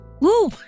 Woo